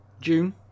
June